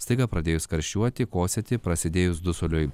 staiga pradėjus karščiuoti kosėti prasidėjus dusuliui